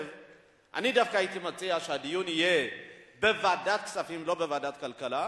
אני דווקא הייתי מציע שהדיון יהיה בוועדת כספים ולא בוועדת כלכלה,